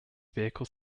vehicle